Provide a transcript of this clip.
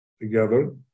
together